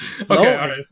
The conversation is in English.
Okay